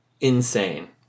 Insane